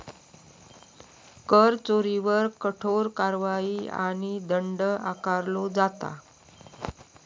कर चोरीवर कठोर कारवाई आणि दंड आकारलो जाता